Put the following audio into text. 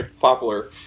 popular